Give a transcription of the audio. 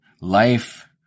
life